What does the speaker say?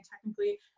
technically